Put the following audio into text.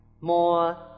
more